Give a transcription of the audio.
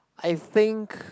I think